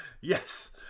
Yes